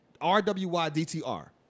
R-W-Y-D-T-R